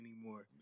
anymore